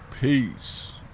Peace